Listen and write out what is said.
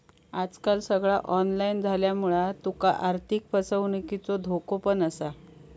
आजकाल सगळा ऑनलाईन झाल्यामुळा तुका आर्थिक फसवणुकीचो धोको पण असा